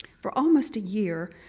for almost a year,